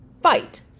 fight